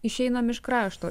išeinam iš krašto